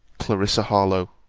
clarissa harlowe.